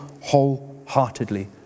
wholeheartedly